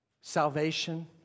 salvation